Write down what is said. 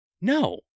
No